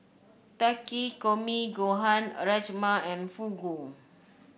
Takikomi Gohan Rajma and Fugu